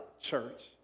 church